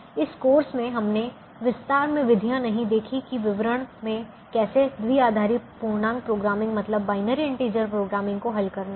इस कोर्स में हमने विस्तार में विधियां नहीं देखी कि विवरण में कैसे द्विआधारी पूर्णांक प्रोग्रामिंग मतलब बायनरी इंटीजर प्रोग्रामिंग को हल करना है